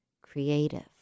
creative